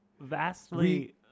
vastly